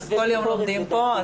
כל יום לומדים פה,